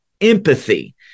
empathy